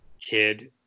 kid